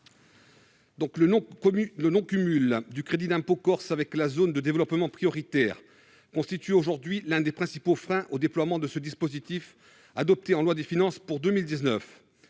Le non-cumul du CIIC avec la zone de développement prioritaire constitue aujourd'hui l'un des principaux freins au déploiement de ce dispositif adopté en loi de finances pour 2019.